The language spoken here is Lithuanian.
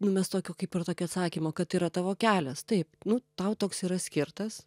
nu mes tokio kaip ir tokio atsakymo kad yra tavo kelias taip nu tau toks yra skirtas